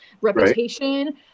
reputation